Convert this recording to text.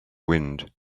wind